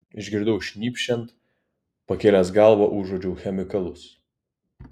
išgirdau šnypščiant pakėlęs galvą užuodžiau chemikalus